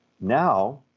now